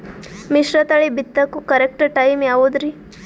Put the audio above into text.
ಮಿಶ್ರತಳಿ ಬಿತ್ತಕು correct time ಯಾವುದರಿ?